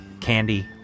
Candy